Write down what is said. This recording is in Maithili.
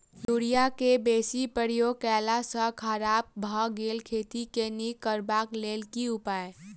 यूरिया केँ बेसी प्रयोग केला सऽ खराब भऽ गेल खेत केँ नीक करबाक लेल की उपाय?